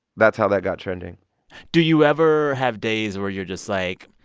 that's how that got trending do you ever have days where you're just like,